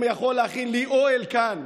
אם אתה יכול להכין לי אוהל כאן,